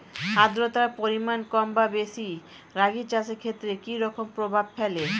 আদ্রতার পরিমাণ কম বা বেশি রাগী চাষের ক্ষেত্রে কি রকম প্রভাব ফেলে?